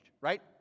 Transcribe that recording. right